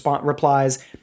replies